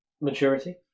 maturity